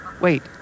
Wait